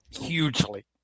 hugely